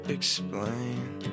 Explain